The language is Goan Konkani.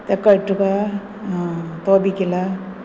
ताका कळटा तुका आं तो बी केला